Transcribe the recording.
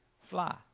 Fly